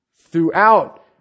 Throughout